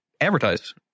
advertise